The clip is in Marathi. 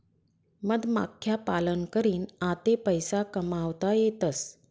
मधमाख्या पालन करीन आते पैसा कमावता येतसं